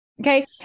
Okay